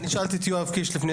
שאלתי אותו את זה ולפני